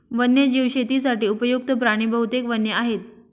वन्यजीव शेतीसाठी उपयुक्त्त प्राणी बहुतेक वन्य आहेत